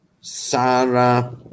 Sarah